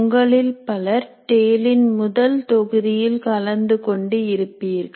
உங்களில் பலர் டேலின் முதல் தொகுதியில் கலந்து கொண்டு இருப்பீர்கள்